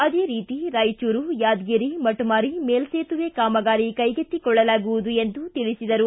ಅದೇ ರೀತಿ ರಾಯಚೂರು ಯಾದಗಿರಿ ಮಟಮಾರಿ ಮೆಲ್ಲೇತುವೆ ಕಾಮಗಾರಿ ಕೈಗೆತ್ತಿಕೊಳ್ಳಲಾಗುವುದು ಎಂದು ತಿಳಿಸಿದರು